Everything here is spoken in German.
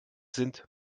sind